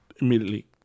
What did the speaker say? immediately